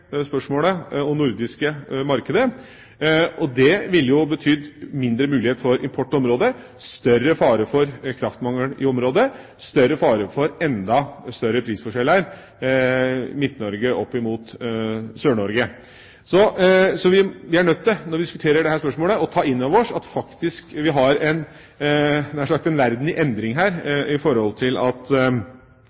markedet. Det ville betydd mindre mulighet for import til området, større fare for kraftmangel i området, større fare for enda større prisforskjeller mellom Midt-Norge og Sør-Norge. Så vi er nødt til, når vi diskuterer dette spørsmålet, å ta inn over oss at vi faktisk har – nær sagt – en verden i endring her,